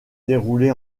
déroulée